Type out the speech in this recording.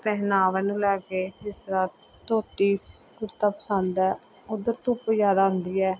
ਪਹਿਨਾਵੇ ਨੂੰ ਲੈ ਕੇ ਜਿਸ ਤਰ੍ਹਾਂ ਧੋਤੀ ਕੁੜਤਾ ਪਸੰਦ ਹੈ ਉੱਧਰ ਧੁੱਪ ਜ਼ਿਆਦਾ ਹੁੰਦੀ ਹੈ